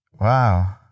Wow